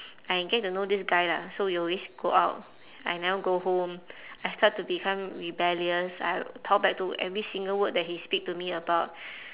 I get to know this guy lah so we always go out I never go home I start to become rebellious I talk back to every single word that they speak to me about